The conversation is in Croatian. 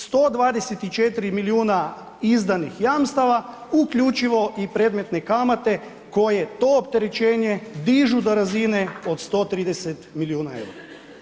124 milijuna izdanih jamstava, uključivo i predmetne kamate koje to opterećenje dižu do razine od 130 milijuna eura.